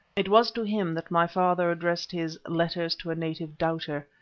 it was to him that my father addressed his letters to a native doubter.